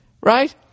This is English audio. right